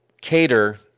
cater